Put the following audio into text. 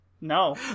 no